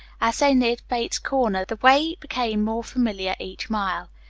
as they neared bates corners, the way became more familiar each mile.